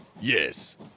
Yes